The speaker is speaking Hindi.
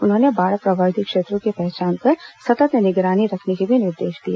उन्होंने बाढ़ प्रभावित क्षेत्रों की पहचान कर सतत् निगरानी रखने के भी निर्देश दिए